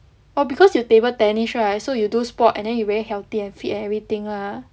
oh because you table tennis right so you do sport and then you very healthy and fit and everything lah